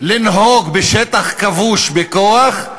לנהוג בשטח כבוש בכוח,